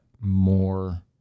more